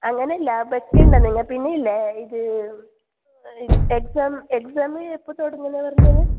അങ്ങനെയല്ല വയ്ക്കേണ്ട നിങ്ങൾ പിന്നെയില്ലേ ഇത് എക്സാം എക്സാം എപ്പോൾ തുടങ്ങുമെന്നാണ് പറഞ്ഞത്